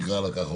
נקרא לזה כך,